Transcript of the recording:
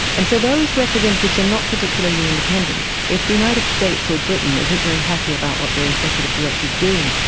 and so those representatives are not particularly independent. if the united states or britain isn't very happy about what their executive director is doing,